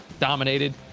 Dominated